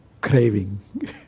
craving